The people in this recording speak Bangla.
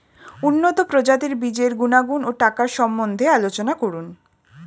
উন্নত প্রজাতির বীজের গুণাগুণ ও টাকার সম্বন্ধে আলোচনা করুন